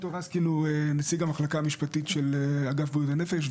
ד"ר רסקין הוא נציג המחלקה המשפטית של אגף בריאות הנפש,